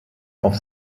auf